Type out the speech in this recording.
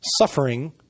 suffering